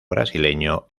brasileño